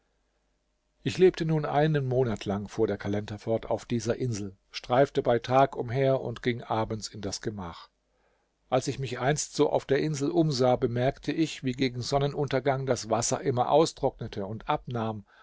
ich lebte nun einen monat lang fuhr der kalender fort auf dieser insel streifte bei tag umher und ging abends in das gemach als ich mich einst so auf der insel umsah bemerkte ich wie gegen sonnenuntergang das wasser immer austrocknete und abnahm